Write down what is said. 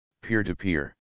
peer-to-peer